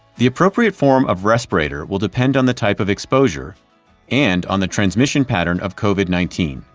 the appropriate form of respirator will depend on the type of exposure and on the transmission pattern of covid nineteen.